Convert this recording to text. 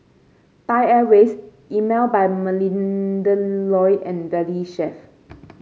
Thai Airways Emel by Melinda Looi and Valley Chef